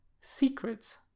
secrets